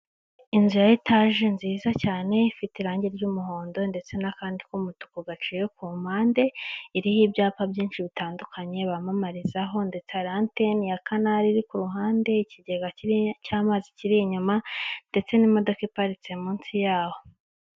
Inzu ya etaje nziza cyane ifite irange ry'umuhondo ndetse n'akandi k'umutuku gaciye ku mpande, iriho ibyapa byinshi bitandukanye bamamarizaho, ndetse hariho anteni ya kanari iri ku ruhande, ikigega cy'amazi kiri inyuma ndetse n'imodoka iparitse munsi yaho.